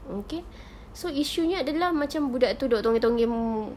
okay so issue nya adalah budak itu duduk tonggeng-tonggeng